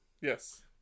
Yes